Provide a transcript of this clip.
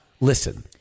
listen